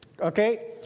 Okay